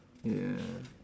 ya